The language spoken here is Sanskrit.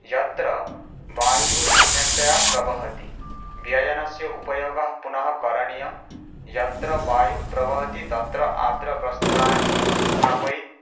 यत्र वायुः सम्यक्तया प्रवहति व्यजनस्य उपयोगः पुनः करणीय यत्र वायुः प्रवहति तत्र आर्द्रवस्त्राणि स्थापयि